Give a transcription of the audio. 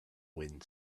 wind